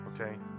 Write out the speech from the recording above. okay